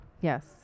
yes